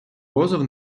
позов